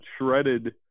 shredded